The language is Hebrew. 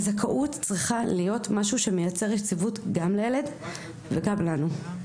הזכאות צריכה להיות משהו שמייצר יציבות גם לילד וגם לנו.